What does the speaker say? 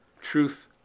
Truth